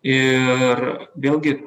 ir vėlgi